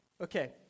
Okay